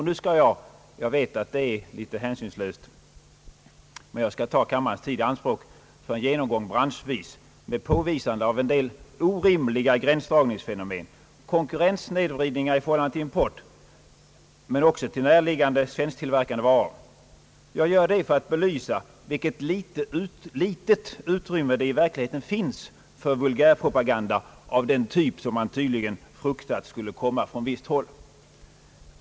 Nu skall jag — fastän medveten om att det är en smula hänsynslöst — ta kammarens tid i anspråk för en genomgång branschvis, med påvisande av en del orimliga gränsdragningsfenomen, konkurrenssnedvridningar i förhållande till import men också till närliggande svensktillverkade varor. Jag gör det för att belysa vilket litet utrymme det i verkligheten finns för vulgärpropaganda av den typ som man tydligen fruktat från visst håll.